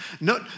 no